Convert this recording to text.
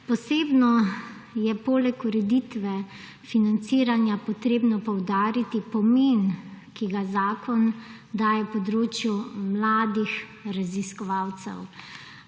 Posebno je poleg ureditve financiranja potrebno poudariti pomen, ki ga zakon daje področju mladih raziskovalcev.